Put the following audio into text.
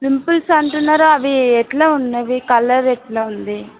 pimples అంటున్నారు అవి ఎట్లా ఉన్నవి కలర్ ఎట్లా ఉంది